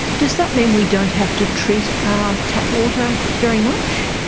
does that mean we don't have to treat our tap water very much?